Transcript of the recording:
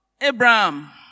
Abraham